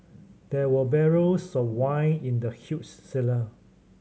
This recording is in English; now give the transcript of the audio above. there were barrels of wine in the huge cellar